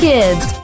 Kids